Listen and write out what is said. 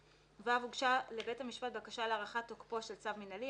הוגשה לבית המשפט בקשה להארכת תוקפו של צו מינהלי,